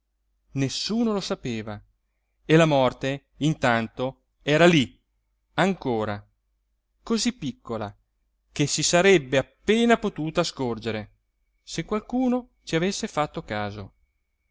nessuno lo sapeva e la morte intanto era lí ancora cosí piccola che si sarebbe appena potuta scorgere se qualcuno ci avesse fatto caso